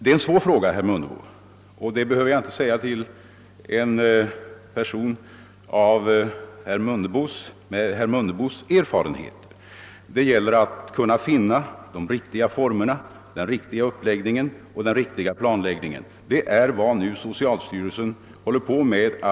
Till en person med herr Mundebos erfarenhet behöver jag inte säga att detta också är en svår fråga. Det gäller att finna de riktiga formerna, den riktiga uppläggningen och den riktiga planeringen. Det är vad socialstyrelsen nu håller på att göra.